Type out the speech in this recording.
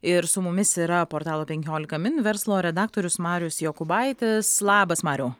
ir su mumis yra portalo penkiolika min verslo redaktorius marius jokūbaitis labas mariau